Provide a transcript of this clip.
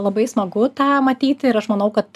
labai smagu tą matyti ir aš manau kad